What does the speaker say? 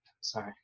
Sorry